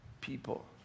people